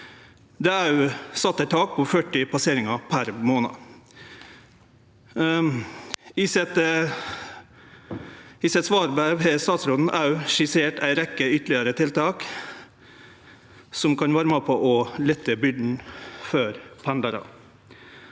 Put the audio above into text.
Det er sett eit tak på 40 passeringar per månad. I sitt svarbrev har statsråden òg skissert ei rekke ytterlegare tiltak som kan vere med på å lette byrden for pendlarar.